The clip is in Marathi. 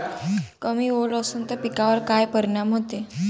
कमी ओल असनं त पिकावर काय परिनाम होते?